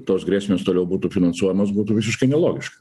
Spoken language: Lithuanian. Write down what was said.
tos grėsmės toliau būtų finansuojamos būtų visiškai nelogiška